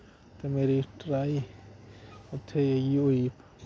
ते मेरी ट्राई उत्थें जाइयै होई